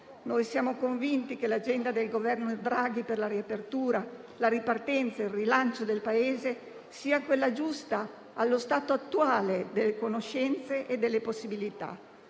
Siamo convinti che l'agenda del Governo Draghi per la riapertura, la ripartenza e il rilancio del Paese sia quella giusta, allo stato attuale delle conoscenze e delle possibilità,